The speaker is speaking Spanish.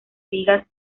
vigas